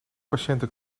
patiënten